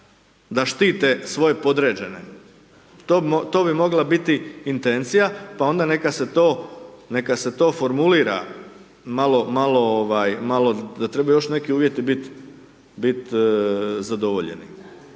da štite svoje podređene, to bi mogla biti intencija, pa onda neka se to formulira malo da trebaju još neki uvjeti bit zadovoljeni.